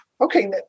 okay